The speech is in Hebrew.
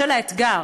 בשל האתגר,